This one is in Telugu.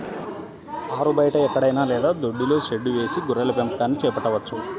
ఆరుబయట ఎక్కడైనా లేదా దొడ్డిలో షెడ్డు వేసి గొర్రెల పెంపకాన్ని చేపట్టవచ్చు